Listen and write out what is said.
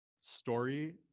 story